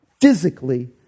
physically